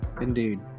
Indeed